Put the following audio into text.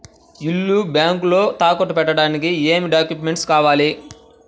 ఇల్లు బ్యాంకులో తాకట్టు పెట్టడానికి ఏమి డాక్యూమెంట్స్ కావాలి?